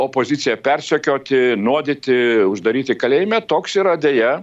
opoziciją persekioti nuodyti uždaryti kalėjime toks yra deja